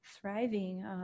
thriving